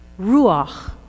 Ruach